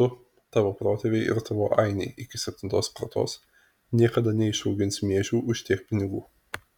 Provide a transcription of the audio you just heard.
tu tavo protėviai ir tavo ainiai iki septintos kartos niekada neišaugins miežių už tiek pinigų